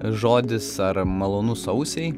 žodis ar malonus ausiai